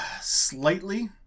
slightly